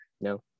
no